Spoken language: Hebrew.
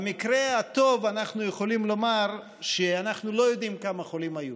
במקרה הטוב אנחנו יכולים לומר שאנחנו לא יודעים כמה חולים היו.